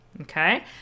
Okay